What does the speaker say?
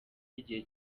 y’igihe